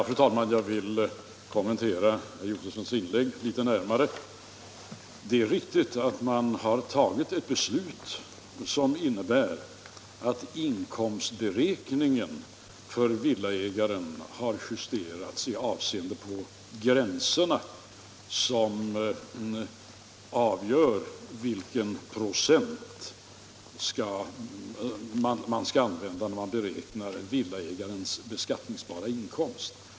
Fru talman! Jag vill kommentera herr Josefsons inlägg litet närmare. Det är riktigt att man tagit ett beslut som innebär att inkomstberäkningen för villaägaren har justerats i avseende på de gränser som avgör vilken procent man skall använda när man beräknar den beskattningsbara inkomsten.